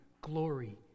glory